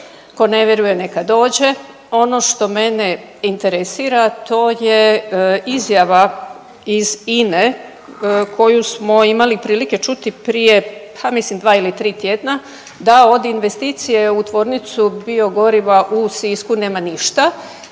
ko ne vjeruje neka dođe. Ono što mene interesira to je izjava iz INA-e koju smo imali prilike čuti prije pa mislim dva ili tri tjedna da od investicije u tvornicu biogoriva u Sisku nema ništa.